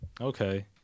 Okay